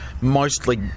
mostly